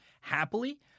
happily